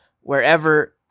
wherever